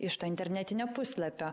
iš to internetinio puslapio